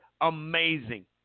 amazing